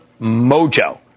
mojo